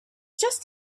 just